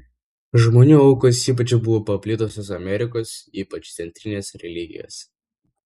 žmonių aukos ypač buvo paplitusios amerikos ypač centrinės religijose